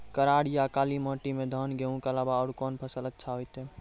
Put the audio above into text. करार या काली माटी म धान, गेहूँ के अलावा औरो कोन फसल अचछा होतै?